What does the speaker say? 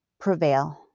prevail